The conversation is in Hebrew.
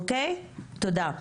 תודה.